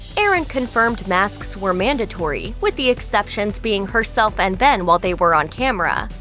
erin confirmed masks were mandatory, with the exceptions being herself and ben while they were on camera.